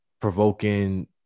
provoking